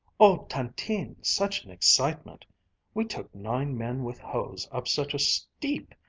oh, tantine, such an excitement we took nine men with hoes up such a steep!